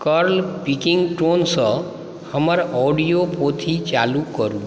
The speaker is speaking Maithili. कर्ल पिकिंगटोनसँ हमर ऑडियो पोथी चालू करू